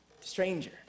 stranger